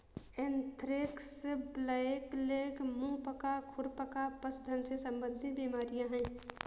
anthrax, blackleg, मुंह पका, खुर पका पशुधन से संबंधित बीमारियां हैं